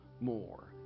more